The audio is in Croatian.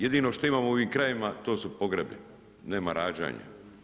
Jedino što imamo u ovim krajevima to su pogrebi, nema rađanja.